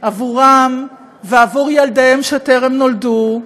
עבורם ועבור ילדיהם, שטרם נולדו,